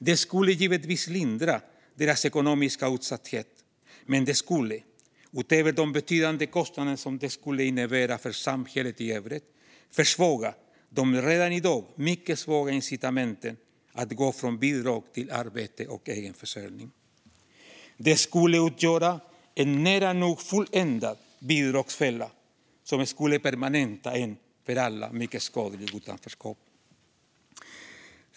Det skulle givetvis lindra deras ekonomiska utsatthet, men det skulle, utöver de betydande kostnader som det skulle innebära för samhället i övrigt, försvaga de redan i dag mycket svaga incitamenten att gå från bidrag till arbete och egen försörjning. Det skulle utgöra en nära nog fulländad bidragsfälla, som skulle permanenta ett för alla mycket skadligt utanförskap.